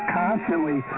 constantly